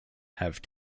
have